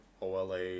OLA